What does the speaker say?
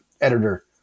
editor